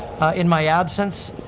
in my absence.